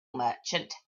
merchant